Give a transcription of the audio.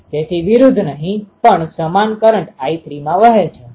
તેથી વિરુદ્ધ નહીં પણ સમાન કરંટ I3 માં વહે છે